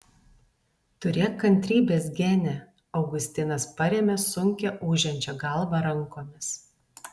turėk kantrybės gene augustinas parėmė sunkią ūžiančią galvą rankomis